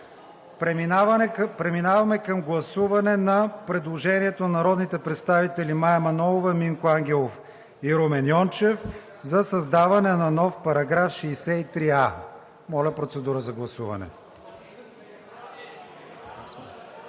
Преминаваме към гласуване на предложението на народните представите Мая Манолова, Минко Ангелов и Румен Йончев за създаване на нов § 63а. Господин Костадинов?